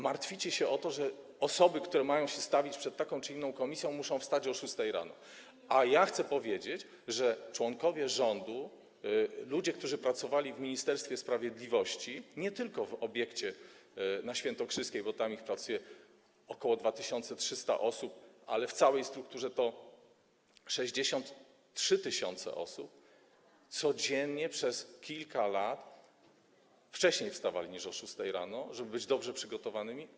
Martwicie się o to, że osoby, które mają się stawić przed taką czy inną komisją, muszą wstać o godz. 6 rano, a ja chcę powiedzieć, że członkowie rządu, ludzie, którzy pracowali w Ministerstwie Sprawiedliwości - nie tylko w obiekcie przy ul. Świętokrzyskiej, bo tam pracuje ok. 2300 osób, ale w całej strukturze, czyli 63 tys. osób - codziennie przez kilka lat wstawali wcześniej niż o godz. 6 rano, żeby się dobrze przygotować.